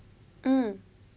mm